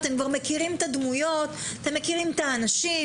אתם כבר מכירים את הדמויות ואת האנשים.